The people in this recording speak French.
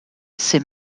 c’est